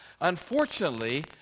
Unfortunately